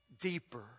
deeper